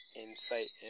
insight